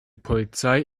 polizei